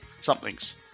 something's